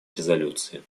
резолюции